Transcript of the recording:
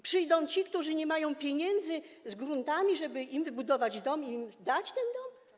Przyjdą ci, którzy nie mają pieniędzy, z gruntami, żeby im wybudować dom i im dać ten dom?